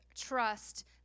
trust